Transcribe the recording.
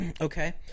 Okay